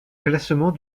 classement